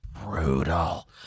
brutal